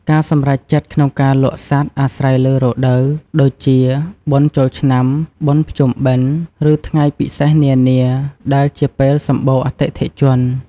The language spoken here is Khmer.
ការសម្រេចចិត្តក្នុងការលក់សត្វអាស្រ័យលើរដូវ ដូចជា បុណ្យចូលឆ្នាំ បុណ្យភ្ជុំបិណ្ឌ ឬថ្ងៃពិសេសនានាដែលជាពេលសម្បូរអតិថិជន។